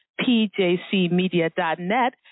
pjcmedia.net